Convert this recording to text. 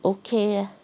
okay ah